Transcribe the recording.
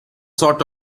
sort